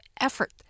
effort